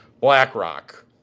BlackRock